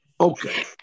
Okay